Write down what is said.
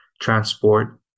transport